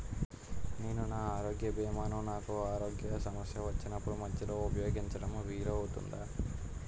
నేను నా ఆరోగ్య భీమా ను నాకు ఆరోగ్య సమస్య వచ్చినప్పుడు మధ్యలో ఉపయోగించడం వీలు అవుతుందా?